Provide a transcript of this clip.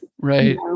Right